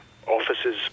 offices